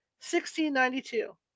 1692